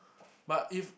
but if